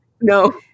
no